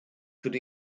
could